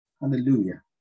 Hallelujah